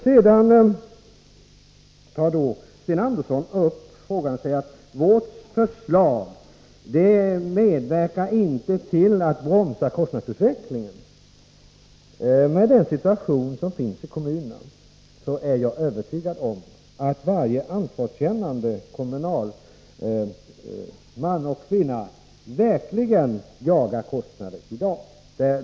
Sedan säger Sten Andersson att vårt förslag inte bidrar till att bromsa kostnadsutvecklingen. Med tanke på den situation som råder i kommunerna är jag övertygad om att varje ansvarskännande kommunalman och kvinna verkligen jagar kostnader i dag.